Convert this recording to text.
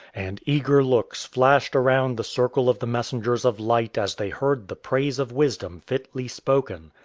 and eager looks flashed around the circle of the messengers of light as they heard the praise of wisdom fitly spoken.